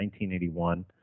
1981